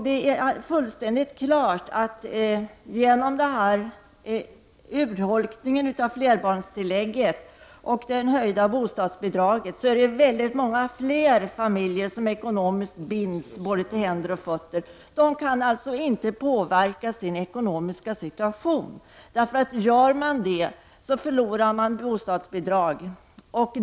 Det är fullständigt klart att väldigt många flerbarnsfamiljer genom denna urholkning av flerbarnstillägget och det höjda bostadsbidraget ekonomiskt binds till både händer och fötter. De kan alltså inte påverka sin ekonomiska situation. Om inkomsten ökar, förlorar man bostadsbidraget.